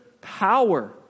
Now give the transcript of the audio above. power